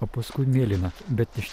o paskui mėlyna bet iš